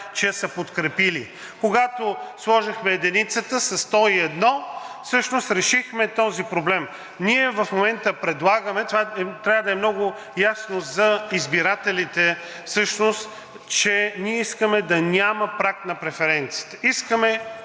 че са подкрепили. Когато сложихме единицата – със 101, всъщност решихме този проблем. Ние в момента предлагаме – това трябва да е много ясно за избирателите, че всъщност ние искаме да няма праг на преференциите. Искаме